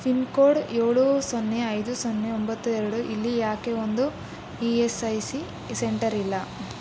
pin code ಏಳು ಸೊನ್ನೆ ಐದು ಸೊನ್ನೆ ಒಂಬತ್ತು ಎರಡು ಇಲ್ಲಿ ಯಾಕೆ ಒಂದು E S I C centre ಇಲ್ಲ